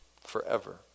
forever